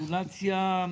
רגולציה מסובכת.